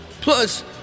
Plus